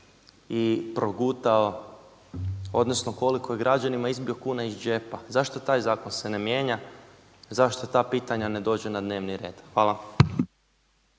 i progutao odnosno koliko je građanima izbio kuna iz džepa. Zašto se taj zakon se ne mijenja, zašto ta pitanja ne dođu na dnevni red? Hvala.